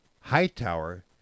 Hightower